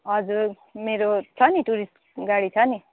हजुर मेरो छ नि टुरिस्ट गाडी छ नि